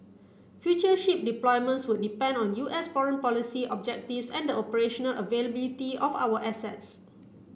future ship deployments would depend on U S foreign policy objectives and the operational availability of our assets